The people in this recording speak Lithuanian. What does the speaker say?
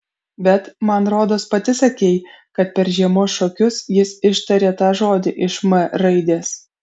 bet man rodos pati sakei kad per žiemos šokius jis ištarė tą žodį iš m raidės